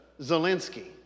Zelensky